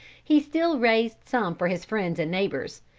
he still raised some for his friends and neighbors,